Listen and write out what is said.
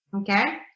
okay